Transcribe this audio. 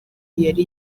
yari